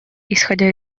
исходя